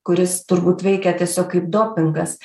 kuris turbūt veikia tiesiog kaip dopingas